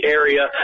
area